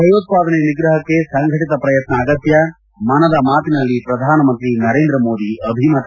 ಭಯೋತ್ಪಾದನೆ ನಿಗ್ರಹಕ್ಕೆ ಸಂಘಟಿತ ಪ್ರಯತ್ನ ಆಗತ್ಯ ಮನದ ಮಾತಿನಲ್ಲಿ ಪ್ರಧಾನಮಂತ್ರಿ ನರೇಂದ್ರ ಮೋದಿ ಅಭಿಮತ